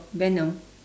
venom